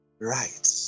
right